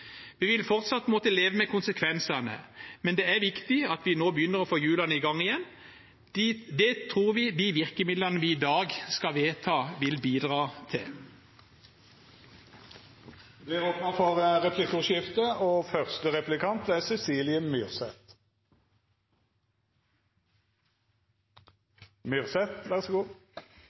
Vi vil fortsatt måtte leve med konsekvensene, men det er viktig at vi nå begynner å få hjulene i gang igjen. Det tror vi de virkemidlene vi i dag skal vedta, vil bidra til. Det vert replikkordskifte. Reiselivsnæringen ble jo litt nevnt av representanten. Det er